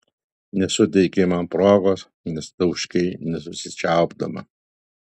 nesuteikei man progos nes tauškei nesusičiaupdama